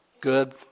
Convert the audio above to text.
good